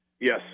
Yes